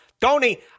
Tony—